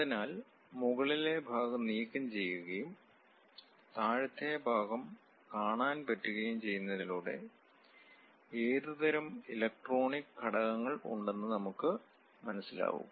അതിനാൽ മുകളിലെ ഭാഗം നീക്കംചെയ്യുകയും താഴത്തെ ഭാഗം കാണാൻ പറ്റുകയും ചെയ്യുന്നതിലൂടെ ഏത് തരം ഇലക്ട്രോണിക് ഘടകങ്ങൾ ഉണ്ടെന്ന് നമുക്ക് മനസ്സിലാകും